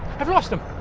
i've lost them!